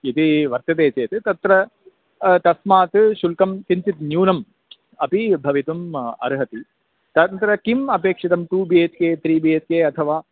इति वर्तते चेत् तत्र तस्मात् शुल्कं किञ्चित् न्यूनम् अपि भवितुम् अर्हति तत्र किम् अपेक्षितं टु बि एच् के त्रि बि एच् के अथवा